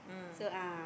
mm